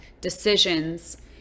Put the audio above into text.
decisions